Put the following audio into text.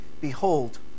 Behold